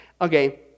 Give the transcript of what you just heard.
Okay